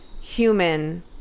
human